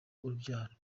urubyaro